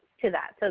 to that. so